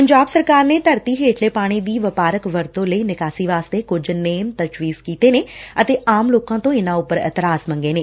ਪੰਜਾਬ ਸਰਕਾਰ ਨੇ ਧਰਤੀ ਹੇਠਲੇ ਪਾਣੀ ਦੀ ਵਪਾਰਕ ਵਰਤੋ ਲਈ ਨਿਕਾਸੀ ਵਾਸਤੇ ਕੁਝ ਨੇਮ ਤਜਵੀਜ਼ ਕੀਤੇ ਨੇ ਅਤੇ ਆਮ ਲੋਕਾਂ ਤੋਂ ਇਨਾਂ ਉਪਰ ਇਤਰਾਜ਼ ਮੰਗੇ ਨੇ